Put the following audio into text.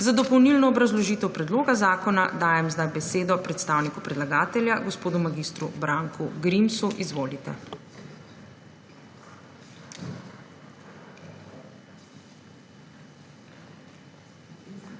Za dopolnilno obrazložitev predloga zakona dajem besedo predstavniku predlagatelja gospodu mag. Branku Grimsu. Izvolite.